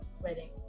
wedding